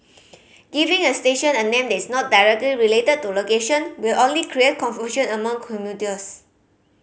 giving a station a name is not directly related to location will only create confusion among commuters